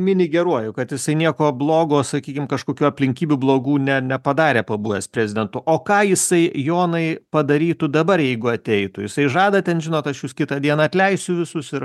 mini geruoju kad jisai nieko blogo sakykim kažkokių aplinkybių blogų ne nepadarė pabuvęs prezidentu o ką jisai jonai padarytų dabar jeigu ateitų jisai žada ten žinot aš jus kitą dieną atleisiu visus ir